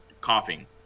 coughing